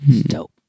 Dope